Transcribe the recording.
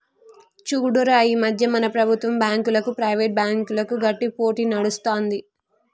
చూడురా ఈ మధ్య మన ప్రభుత్వం బాంకులకు, ప్రైవేట్ బ్యాంకులకు గట్టి పోటీ నడుస్తుంది